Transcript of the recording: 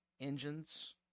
engines